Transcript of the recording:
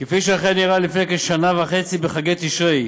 כפי שאכן אירע לפני כשנה וחצי בחגי תשרי.